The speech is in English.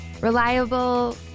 reliable